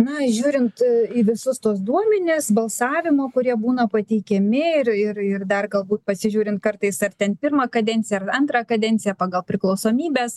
na žiūrint į visus tuos duomenis balsavimo kurie būna pateikiami ir dar galbūt pasižiūrint kartais ar ten pirmą kadenciją ar antrą kadenciją pagal priklausomybes